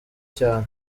cyane